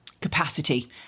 capacity